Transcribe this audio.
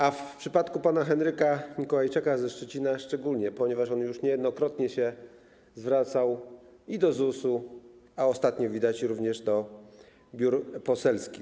A w przypadku pana Henryka Mikołajczaka ze Szczecina szczególnie, ponieważ on już niejednokrotnie się zwracał do ZUS-u, a ostatnio widać również do biur poselskich.